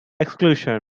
exclusion